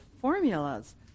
formulas